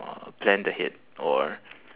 uh planned ahead or